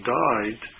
died